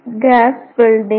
gas welding